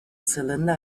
cylinder